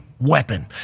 weapon